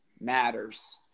matters